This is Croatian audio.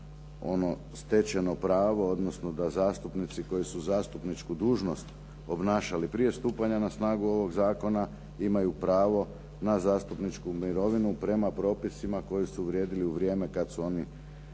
ono stečeno pravo, odnosno da zastupnici koji su zastupničku dužnost obnašali prije stupanja na snagu ovoga zakona, imaju pravo na zastupničku mirovinu prema propisima koji su vrijedili u vrijeme kada su oni